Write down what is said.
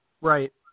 right